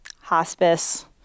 hospice